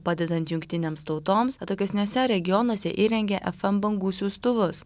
padedant jungtinėms tautoms atokesniuose regionuose įrengė fm bangų siųstuvus